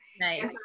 nice